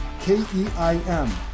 K-E-I-M